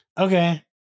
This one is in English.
Okay